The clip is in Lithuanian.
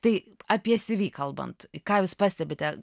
tai apie cv kalbant ką jūs pastebite